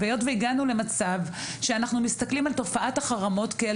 היות והגענו למצב שאנחנו מסתכלים על תופעת החרמות כאל